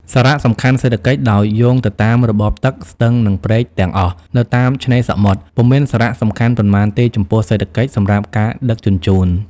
សារៈសំខាន់សេដ្ឋកិច្ច ដោយយោងទៅតាមរបបទឹក ស្ទឹង និងព្រែកទាំងអស់នៅតាមឆ្នេរសមុទ្រ ពុំមានសារៈសំខាន់ប៉ុន្មានទេចំពោះសេដ្ឋកិច្ច សម្រាប់ការដឹកជញ្ជូន។